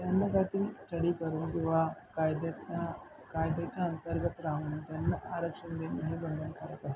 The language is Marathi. त्यांना काहीतरी स्टडी करून किंवा कायद्याच्या कायद्याच्या अंतर्गत राहून त्यांना आरक्षण देणे हे बंद करत आहे